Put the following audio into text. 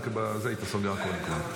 היית סוגר הכול.